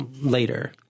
later